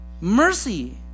mercy